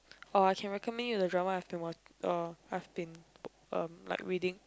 or I can recommend you the drama I've been wat~ uh I've been um like reading